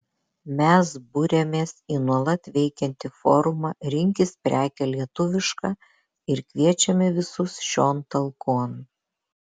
mes buriamės į nuolat veikiantį forumą rinkis prekę lietuvišką ir kviečiame visus šion talkon